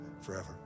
forever